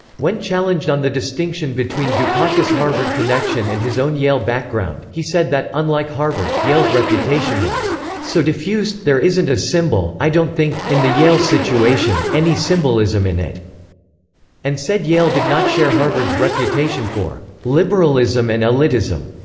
when challenged on the distinction between dukakis' harvard connection and his own yale background, he said that, unlike harvard, yale's reputation was so diffuse, there isn't a symbol, i don't think, in the yale situation, any symbolism in it and said yale did not share harvard's reputation for liberalism and elitism.